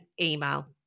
email